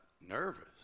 nervous